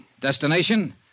Destination